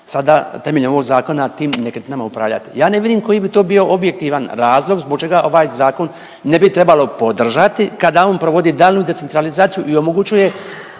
sada, temeljem ovog zakona tim nekretninama upravljati. Ja ne vidim koji bi to bio objektivan razlog zbog čega ovaj zakon ne bi trebalo podržati kada on provodi daljnju decentralizaciju i omogućuje,